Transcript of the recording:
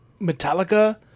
Metallica